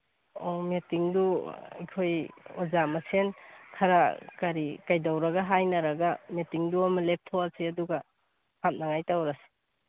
ꯑꯣ ꯃꯤꯇꯤꯡꯗꯨ ꯑꯩꯈꯣꯏ ꯑꯣꯖꯥ ꯃꯁꯦꯟ ꯈꯔ ꯀꯔꯤ ꯀꯩꯗꯧꯔꯒ ꯍꯥꯏꯅꯔꯒ ꯃꯤꯇꯤꯡꯗꯨ ꯑꯃ ꯂꯦꯞꯊꯣꯛꯑꯁꯤ ꯑꯗꯨꯒ ꯍꯥꯞꯅꯉꯥꯏ ꯇꯧꯔꯁꯤ